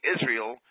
Israel